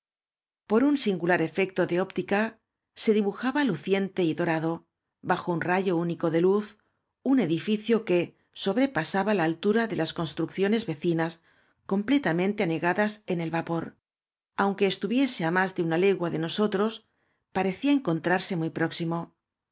por un ríngalar efecto de óptica se dibujaba ludeote y dorado bajo u a rayo único de luz un edificio que sobrepasaba la altura de la constniaciones vecinas completamente anegadas en el vapor aunque estuviese á más de una jegua de nos otros parecía encontrarse muy próximo